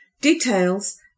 Details